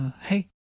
hey